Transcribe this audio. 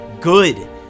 Good